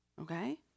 okay